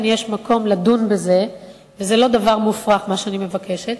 יש מקום לדון בזה וזה לא דבר מופרך מה שאני מבקשת,